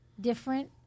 different